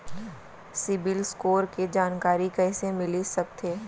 CIBIL score के जानकारी कइसे मिलिस सकथे?